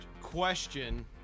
Question